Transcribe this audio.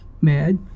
mad